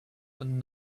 than